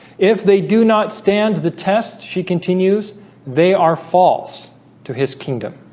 if they do not stand the test. she continues they are false to his kingdom